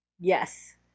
Yes